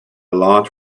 large